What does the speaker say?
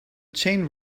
chain